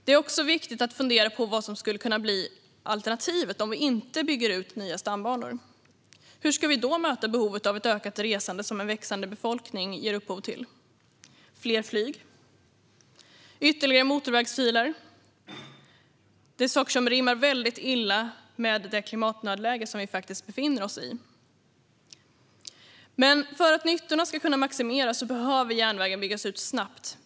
Det är också viktigt att fundera på vad som skulle kunna bli alternativet om vi inte bygger ut nya stambanor. Hur ska vi då möta ett ökat behov av resande, som en växande befolkning ger upphov till? Fler flyg? Ytterligare motorvägsfiler? Det är saker som rimmar väldigt illa med det klimatnödläge som vi faktiskt befinner oss i. Men för att nyttorna ska kunna maximeras behöver järnvägen byggas ut snabbt.